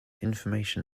information